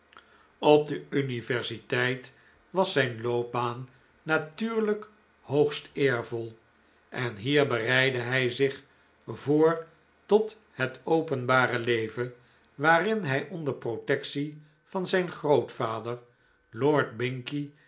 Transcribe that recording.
op de universiteit was zijn loopbaan natuurlijk hoogst eervol en hier bereidde hij zich voor tot het openbare leven waarin hij onder protectie van zijn grootvader